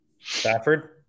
Stafford